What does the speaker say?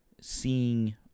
seeing